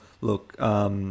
Look